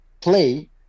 play